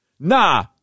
Nah